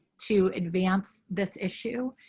to advance this issue.